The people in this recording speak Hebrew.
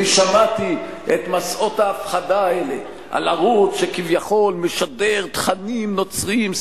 אני שמעתי את מסעות ההפחדה האלה על ערוץ שכביכול משדר תכנים נוצריים,